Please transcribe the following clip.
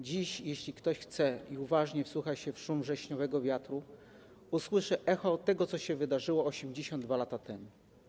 Dziś jeśli ktoś chce i uważnie wsłucha się w szum wrześniowego wiatru, usłyszy echo tego, co się wydarzyło 82 lata temu.